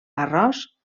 arròs